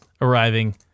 arriving